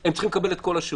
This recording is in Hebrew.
הם צריכים לקבל את כל השירות.